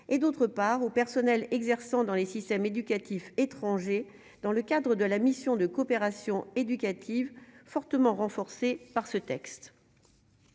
et d'autre part au personnel exerçant dans les systèmes éducatifs étranger dans le cadre de la mission de coopération éducative fortement renforcée par ce texte.